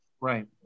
right